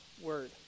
word